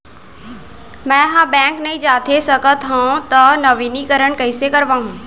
मैं ह बैंक नई जाथे सकंव त नवीनीकरण कइसे करवाहू?